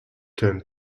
turned